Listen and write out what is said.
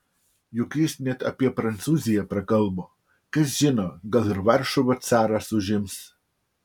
juk jis net apie prancūziją prakalbo kas žino gal ir varšuvą caras užims